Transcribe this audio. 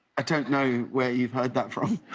i don't know where you have heard that from.